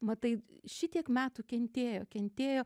matai šitiek metų kentėjo kentėjo